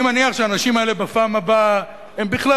אני מניח שהאנשים האלה בפעם הבאה בכלל